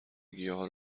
گیاها